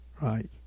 Right